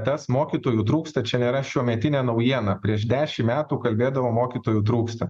tas mokytojų trūksta čia nėra šiuometinė naujiena prieš dešimt metų kalbėdavo mokytojų trūksta